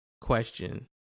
question